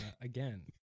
Again